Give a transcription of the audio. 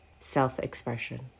self-expression